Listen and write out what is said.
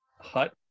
hut